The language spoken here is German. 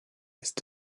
lässt